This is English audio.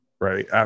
right